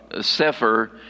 Sefer